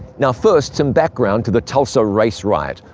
now, first some background to the tulsa race riot,